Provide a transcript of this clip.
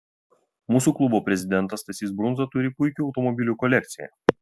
mūsų klubo prezidentas stasys brunza turi puikių automobilių kolekciją